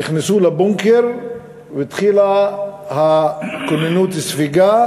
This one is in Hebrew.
נכנסו לבונקר והתחילה כוננות ספיגה: